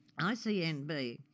ICNB